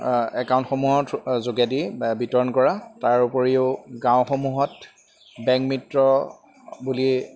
একাউণ্টসমূহত যোগেদি বিতৰণ কৰা তাৰ উপৰিও গাঁওসমূহত বেংক মিত্ৰ বুলি